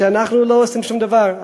אנחנו לא עושים שום דבר,